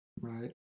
Right